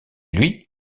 lui